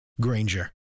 Granger